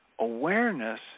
awareness